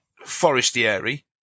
Forestieri